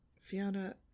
Fiona